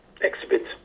exhibit